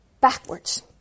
backwards